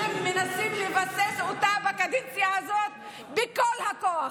אתם מנסים לבסס אותה בקדנציה הזאת בכל הכוח,